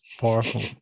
powerful